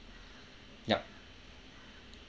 yup